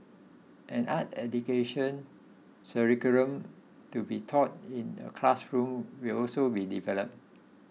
an art education curriculum to be taught in the classrooms will also be developed